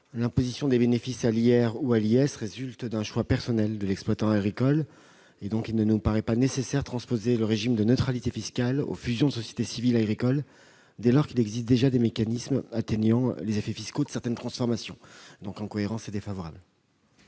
l'impôt sur les sociétés résulte d'un choix personnel de l'exploitant agricole. Par conséquent, il ne nous paraît pas nécessaire de transposer le régime de neutralité fiscale aux fusions de sociétés civiles agricoles, dès lors qu'il existe déjà des mécanismes atteignant les effets fiscaux de certaines transformations. En cohérence avec